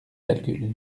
calcul